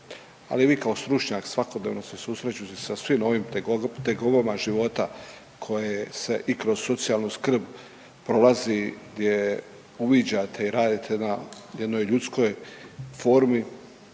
ali vi kao stručnjak svakodnevno se susrećete sa svim ovim tegobama života koje se i kroz socijalnu skrb prolazi gdje uviđate i radite na jednoj ljudskoj formi.